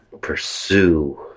pursue